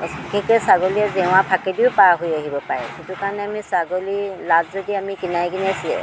বিশেষকৈ ছাগলীয়ে জেওৰা ফাঁকেদিও পাৰ হৈ আহিব পাৰে সেইটো কাৰণে আমি ছাগলী আমি কিনাৰে কিনাৰে